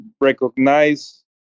recognize